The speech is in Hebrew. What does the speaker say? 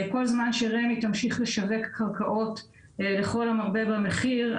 כל זמן שרמ"י תמשיך לשווק קרקעות לכל המרבה במחיר,